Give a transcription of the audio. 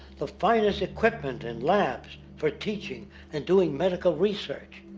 the finest equipment in labs for teaching and doing medical research.